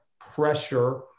pressure